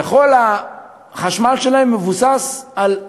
וכל החשמל שלהם מבוסס על זה,